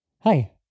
Hi